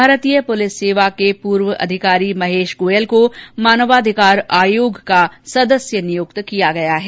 भारतीय पुलिस सेवा के पूर्व अधिकारी महेश गोयल को मानवाधिकार आयोग का सदस्य नियुक्त किया गया है